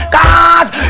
Cause